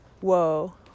whoa